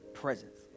presence